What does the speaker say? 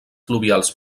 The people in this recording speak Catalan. fluvials